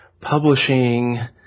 publishing